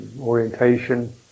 Orientation